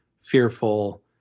fearful